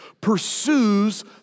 pursues